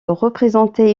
représenter